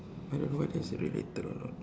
I don't know whether is it related or not